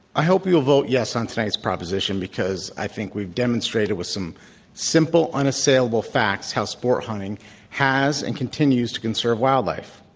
i hope you will vote, yes, on tonight's proposition because i think we've demonstrated with some simple unassailable facts who sport hunting has and continues to conserve wildlife.